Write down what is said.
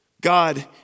God